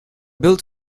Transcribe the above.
built